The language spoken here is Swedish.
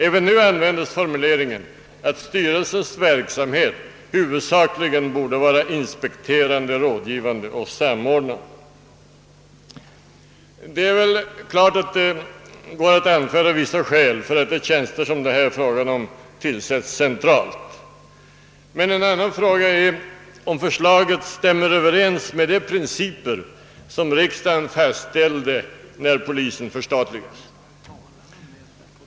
även då användes formuleringen att rikspolisstyrelsens verksamhet huvudsakligen borde vara inspekterande, rådgivande och samordnande. Det är klart att det går att anföra vissa skäl för att de tjänster som det här är fråga om skall tillsättas centralt. Men en annan fråga är, om förslaget överensstämmer med de principer som riksdagen fastställde då polisen förstatligades.